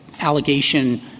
allegation